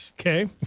Okay